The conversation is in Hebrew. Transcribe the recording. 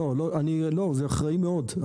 אני אחראי מאוד.